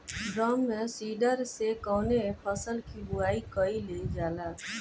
Drum seeder से कवने फसल कि बुआई कयील जाला?